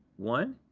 one,